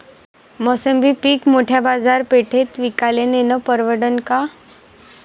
मोसंबी पीक मोठ्या बाजारपेठेत विकाले नेनं परवडन का?